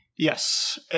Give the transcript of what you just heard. Yes